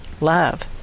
love